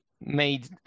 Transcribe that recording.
made